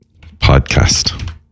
podcast